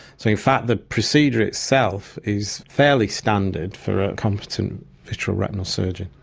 so in fact the procedure itself is fairly standard for a competent vitreoretinal surgeon.